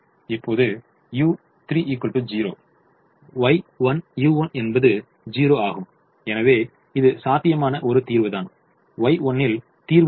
இப்போது u1 0 Y1u1 என்பது 0 ஆகும் எனவே இது சாத்தியமான ஒரு தீர்வுதான் Y1 ல் தீர்வு உள்ளது